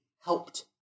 helped